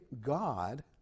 God